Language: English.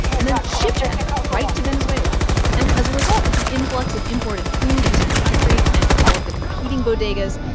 and then ship them right to venezuela and as a result of the influx of imported food into the country and all of the competing bodegas,